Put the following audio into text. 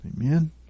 Amen